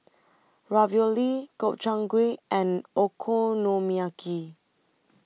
Ravioli Gobchang Gui and Okonomiyaki